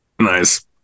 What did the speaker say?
Nice